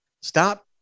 stop